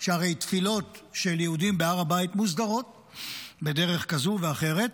שהרי תפילות של יהודים בהר הבית מוסדרות בדרך כזאת או אחרת,